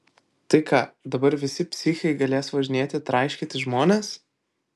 tai ką dabar visi psichai galės važinėti traiškyti žmones